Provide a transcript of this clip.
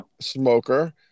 Smoker